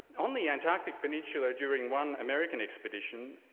on the antarctic peninsular during one american expedition,